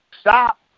stop